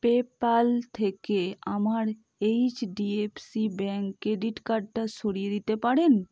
PayPal থেকে আমার HDFC bank credit কার্ডটা সরিয়ে দিতে পারেন